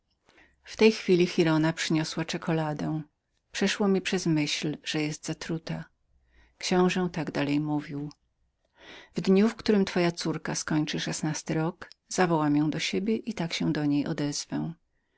w tej chwili giralda przyniosła czekuladę nagle przyszła mi myśl o truciznie ale książe nie dał mi czasu do namysłu i szybko rzekł skoro twoja córka skończy szesnasty rok zawołam ją do siebie i tak się do niej